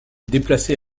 déplacé